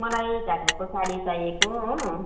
मलाई ढाकाको साडी चाहिएको हो